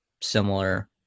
similar